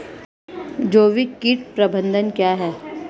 जैविक कीट प्रबंधन क्या है?